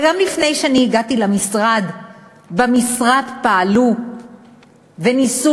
וגם לפני שאני הגעתי למשרד במשרד פעלו וניסו,